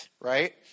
right